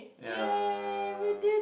yeah